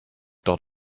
dot